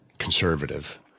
conservative